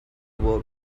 work